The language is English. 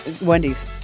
Wendy's